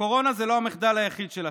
והקורונה זה לא המחדל היחיד שלכם.